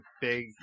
big